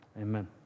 Amen